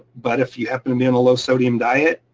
but if you happen to be on a low sodium diet,